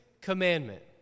commandment